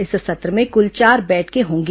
इस सत्र में कुल चार बैठकें होंगी